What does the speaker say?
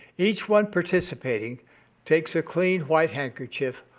each one participating takes a clean white handkerchief,